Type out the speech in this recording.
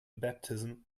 baptism